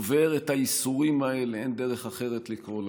עובר את הייסורים האלה, אין דרך אחרת לקרוא להם,